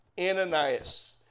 Ananias